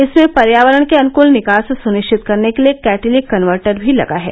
इसमें पर्यावरण के अनुकूल निकास सुनिश्चित करने के लिए कैटेलिक कनवर्टर भी लगा है